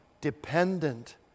dependent